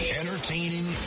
entertaining